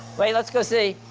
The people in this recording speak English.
wait, let's go see.